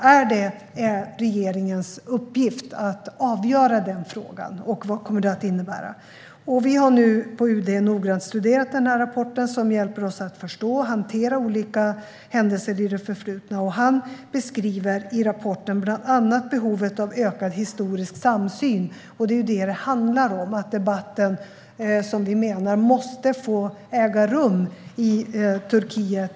Är det regeringens uppgift att avgöra denna fråga, och vad kommer det att innebära? Vi har nu på UD noggrant studerat rapporten, som hjälper oss att förstå och hantera olika händelser i det förflutna. I rapporten beskrivs bland annat behovet av ökad historisk samsyn, och det är detta det handlar om. Vi menar att debatten måste få äga rum i Turkiet.